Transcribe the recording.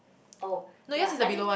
oh ya I think